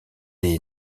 est